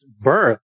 birth